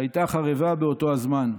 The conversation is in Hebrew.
שהייתה חרבה באותו הזמן,